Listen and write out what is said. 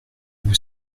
vous